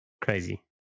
Crazy